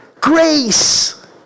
grace